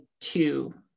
two